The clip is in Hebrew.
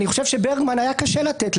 אני חושב שברגמן היה קשה לתת,